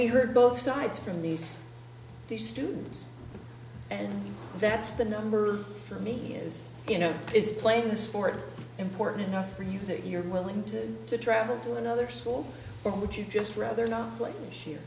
we heard both sides from these two students and that's the number for me is you know it's playing the sport important enough for you that you're willing to to travel to another school or would you just rather not